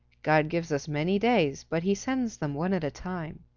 god gives us many days, but he sends them one at a time.